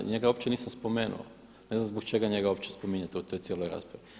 Ja njega uopće nisam spomenuo, ne znam zbog čega njega opće spominjete u toj cijeloj raspravi.